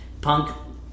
Punk